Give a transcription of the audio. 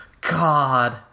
God